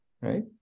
right